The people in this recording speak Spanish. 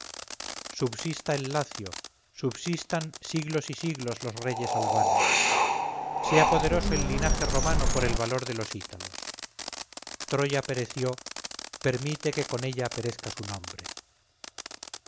subsista el lacio subsistan siglos y siglos los reyes albanos sea poderoso el linaje romano por el valor de los ítalos troya pereció permite que con ella perezca su nombre